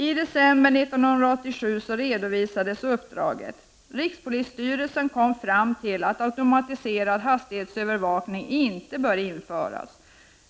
I december 1987 redovisades uppdraget. Rikspolisstyrelsen kom fram till att automatiserad hastighetsövervakning inte bör införas.